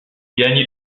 gagne